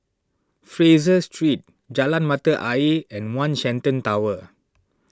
Fraser Street Jalan Mata Ayer and one Shenton Tower